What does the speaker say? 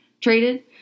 traded